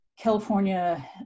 California